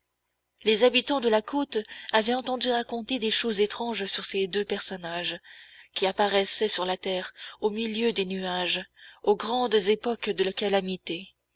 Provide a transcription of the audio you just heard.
les habitants de la côte avaient entendu raconter des choses étranges sur ces deux personnages qui apparaissaient sur la terre au milieu des nuages aux grandes époques de calamité